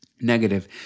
negative